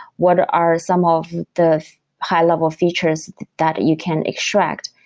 what are are some of the high-level features that you can extract?